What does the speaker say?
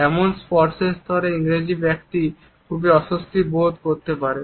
এমন স্পর্শের স্তরে ইংরেজ ব্যক্তি খুব অস্বস্তি বোধ করতে পারে